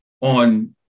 on